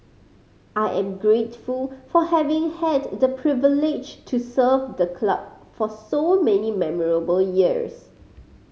I am grateful for having had the privilege to serve the club for so many memorable years